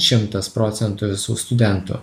šimtas procentų visų studentų